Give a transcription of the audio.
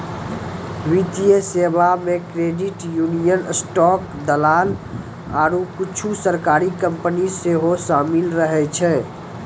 वित्तीय सेबा मे क्रेडिट यूनियन, स्टॉक दलाल आरु कुछु सरकारी कंपनी सेहो शामिल रहै छै